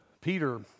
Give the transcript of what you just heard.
Peter